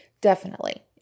Definitely